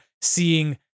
seeing